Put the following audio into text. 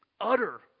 utter